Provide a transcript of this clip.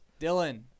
Dylan